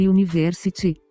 University